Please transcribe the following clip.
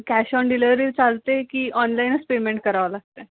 cash on delivery चालते की ऑनलाईनच पेमेंट करावं लागते